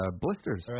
blisters